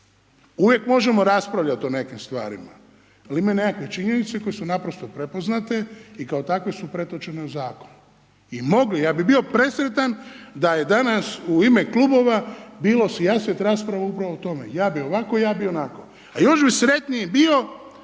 Uvijek možemo raspravljati o nekim stvarima, ali imaju nekakve činjenice koje su naprosto prepoznate i kao takve su pretočene u Zakon, i ja bi bio presretan da je danas u ime Klubova bilo sijaset rasprava upravo o tome, ja bi ovako, ja bi onako, a još bi sretniji bio,